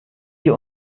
die